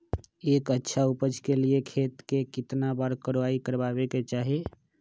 एक अच्छा उपज के लिए खेत के केतना बार कओराई करबआबे के चाहि?